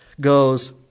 goes